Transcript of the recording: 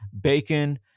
bacon